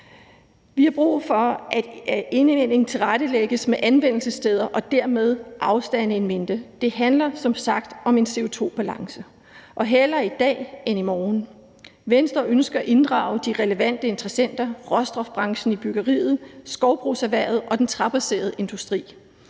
Vi har brug for, at indvinding tilrettelægges med anvendelsessteder og dermed afstande in mente. Det handler som sagt om en CO2-balance – og hellere i dag end i morgen. Venstre ønsker at inddrage de relevante interessenter, råstofbranchen i byggeriet, skovbrugserhvervet og den træbaserede industri